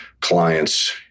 clients